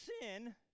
sin